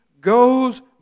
goes